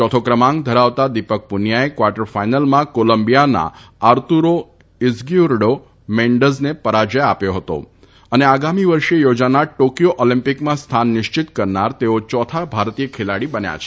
ચાથ્ય ક્રમ ધરાવતા દિપક પુનિયાએ કવાર્ટર ફાઇનલમાં કાલંબિયાના આરતુર ઇઝકથુરડ મેન્ડઝને પરાજય આપ્ય હત અને આગામી વર્ષે યાજાનાર ટાકિય ઓલમ્પકમાં સ્થાન નિશ્ચિત કરનાર ચાથ ભારતીય ખેલાડી બન્ય છે